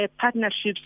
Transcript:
partnerships